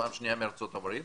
פעם שנייה מארצות הברית,